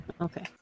Okay